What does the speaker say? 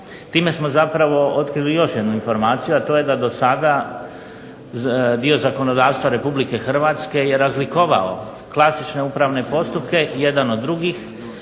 Time smo zapravo otkrili još jednu informaciju, a to je da do sada dio zakonodavstva Republike Hrvatske je razlikovao klasične upravne postupke jedan od drugih,